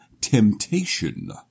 temptation